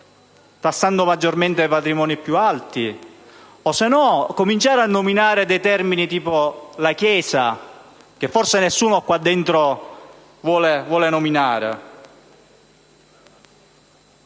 tassando maggiormente i patrimoni più alti, o cominciando a nominare dei termini come «la Chiesa», che forse nessuno qua dentro vuole nominare?